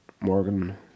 Morgan